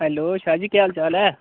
hello Shah ji केह् हाल चाल ऐ